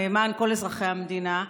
למען כל אזרחי המדינה.